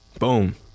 Boom